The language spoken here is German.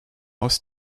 aus